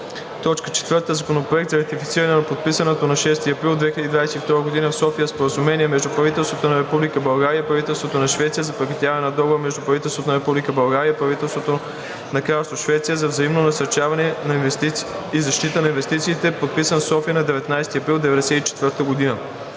equipment). 4. Законопроект за ратифициране на подписаното на 6 април 2022 г. в София Споразумение между правителството на Република България и правителството на Швеция за прекратяване на Договора между правителството на Република България и правителството на Кралство Швеция за взаимно насърчаване и защита на инвестициите, подписан в София на 19 април 1994 г.